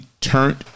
turned